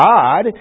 God